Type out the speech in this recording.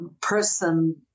person